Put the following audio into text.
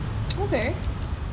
okay